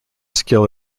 skill